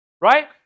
Right